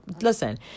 Listen